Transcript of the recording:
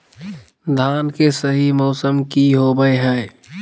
धान के सही मौसम की होवय हैय?